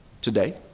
Today